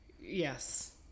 Yes